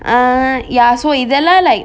uh ya so இதலாம்:idalam like